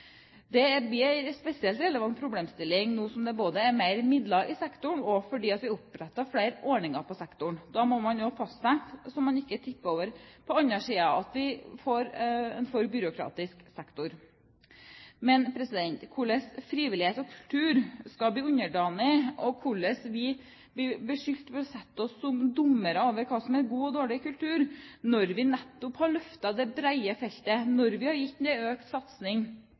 Det blir en spesielt relevant problemstilling nå som det er både mer midler i sektoren og opprettet flere ordninger i sektoren. Da må man også passe seg så man ikke tipper over på den andre siden, slik at vi får en for byråkratisk sektor. Hvordan frivillighet og kultur skal bli underdanig, og hvordan vi kan bli beskyldt for å sette oss som dommere over hva som er god og dårlig kultur, når vi nettopp har løftet det brede feltet, når vi har økt satsingen på det